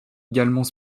également